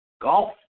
golf